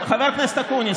חבר הכנסת אקוניס,